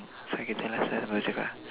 sakit penat sia